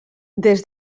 des